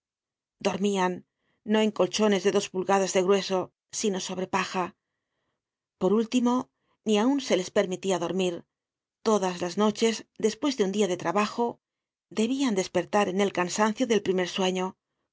dormian no en colchones de dos pulgadas de grueso sino sobre paja por último ni aun se les permitia dormir todas las noches despues de un dia de trabajo debian despertar en el cansancio del primer sueño